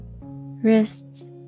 wrists